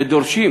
ודורשים